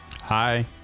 hi